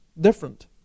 different